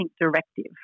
directive